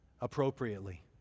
appropriately